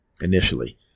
initially